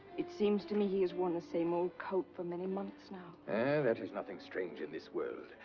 it seems to me he has worn the same old coat for many months, now. ah, that is nothing strange in this world.